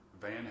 Van